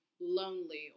lonely